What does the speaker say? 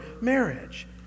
marriage